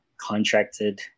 contracted